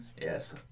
Yes